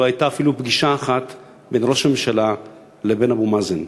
לא הייתה אפילו פגישה אחת בין ראש הממשלה לבין אבו מאזן.